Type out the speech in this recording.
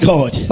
God